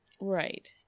right